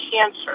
cancer